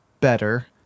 better